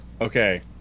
Okay